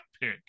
pick